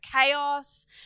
chaos